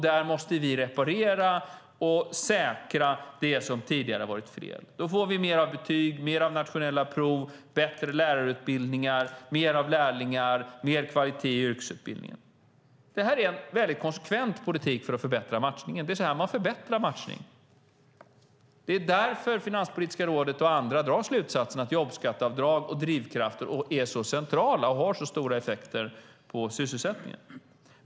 Där måste vi reparera det som tidigare har varit fel. Då får vi mer av betyg, mer av nationella prov, bättre lärarutbildningar, mer av lärlingar och mer kvalitet i yrkesutbildningen. Det är en väldigt konsekvent politik för att förbättra matchningen. Det är därför Finanspolitiska rådet och andra drar slutsatsen att jobbskatteavdrag och drivkrafter är så centrala och har så stora effekter på sysselsättningen.